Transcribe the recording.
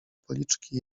policzki